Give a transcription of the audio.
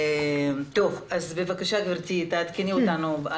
בבקשה, גברתי, תעדכני אותנו.